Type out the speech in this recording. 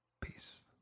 peace